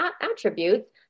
attributes